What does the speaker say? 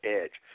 edge